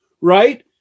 right